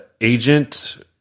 agent